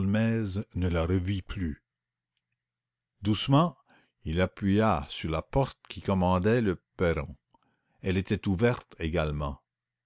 ne la revit plus doucement il appuya sur la porte qui commandait le perron elle était ouverte également